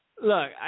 Look